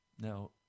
Now